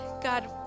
God